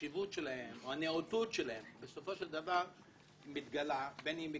החשיבות שלהם או הנאותות שלהם בסופו של דבר מתגלים בין אם היא